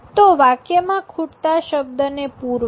તો વાક્યમાં ખૂટતા શબ્દને પુરવા